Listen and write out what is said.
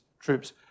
troops